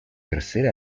tercer